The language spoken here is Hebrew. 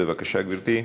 בבקשה, גברתי.